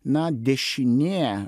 na dešinė